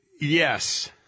Yes